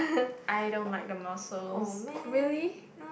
I don't like the mussels really